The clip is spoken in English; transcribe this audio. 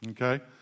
okay